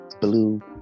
Blue